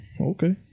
okay